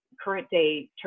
current-day